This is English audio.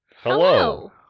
Hello